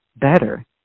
better